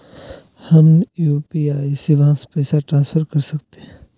हम यू.पी.आई शिवांश पैसा ट्रांसफर कर सकते हैं?